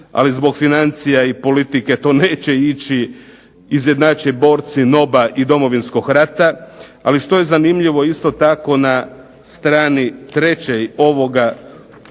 ali zbog financija i politike to neće ići, izjednače borci NOB-a i Domovinskog rata, ali što je zanimljivo isto tako na strani 3. ovoga